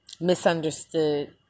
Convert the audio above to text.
misunderstood